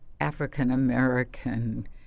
African-American